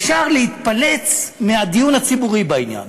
אפשר להתפלץ מהדיון הציבורי בעניין.